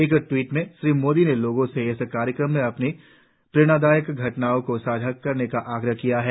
एक ट्वीट में श्री मोदी ने लोगों से इस कार्यक्रम में अपनी प्रेरणादायक घटनाओं को साझा करने का आग्रह किया है